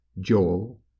Joel